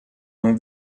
non